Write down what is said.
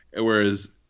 Whereas